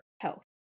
health